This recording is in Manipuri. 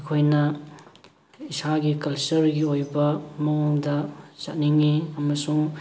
ꯑꯩꯈꯣꯏꯅ ꯏꯁꯥꯒꯤ ꯀꯜꯆꯔꯒꯤ ꯑꯣꯏꯕ ꯃꯑꯣꯡꯗ ꯆꯠꯅꯤꯡꯉꯤ ꯑꯃꯁꯨꯡ